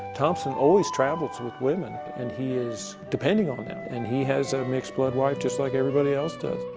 thompson always travels with women. and he is depending on them. and he has a mixed blood wife just like everybody else does.